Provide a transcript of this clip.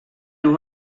nhw